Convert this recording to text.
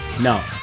No